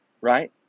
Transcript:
right